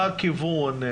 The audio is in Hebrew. מה הכיוון?